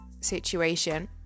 situation